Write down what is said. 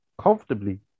comfortably